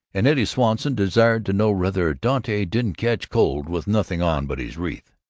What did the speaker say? and eddie swanson desired to know whether dante didn't catch cold with nothing on but his wreath.